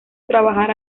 trabajar